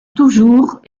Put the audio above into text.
toujours